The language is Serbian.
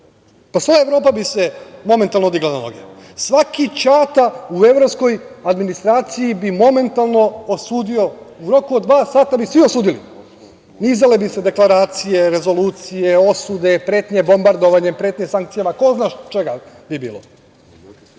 to. Sva Evropa bi se momentalno digla na noge. Svaki ćata u evropskoj administraciji bi momentalno osudio, u roku od dva sata bi svi osudili. Nizale bi se deklaracije, rezolucije, osude, pretnje bombardovanjem, pretnje sankcijama, ko zna čega je